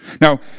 Now